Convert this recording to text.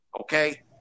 okay